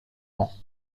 noms